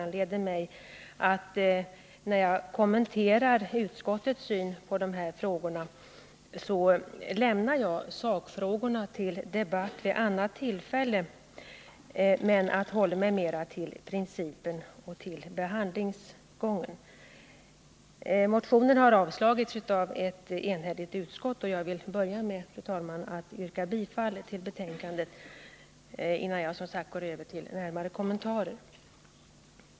När jag kommenterar utskottets syn på dessa frågor lämnar jag sakfrågorna till debatt vid annat tillfälle och håller mig mera till principen och till behandlingsgången. Motionen har avstyrkts av ett enhälligt utskott, och jag vill, fru talman, börja med att yrka bifall till utskottets hemställan, innan jag går över till närmare kommentarer.